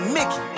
Mickey